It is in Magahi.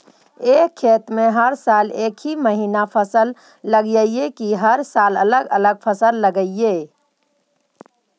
एक खेत में हर साल एक महिना फसल लगगियै कि हर साल अलग अलग फसल लगियै?